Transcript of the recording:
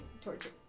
torture